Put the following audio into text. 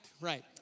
Right